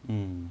mm